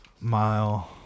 mile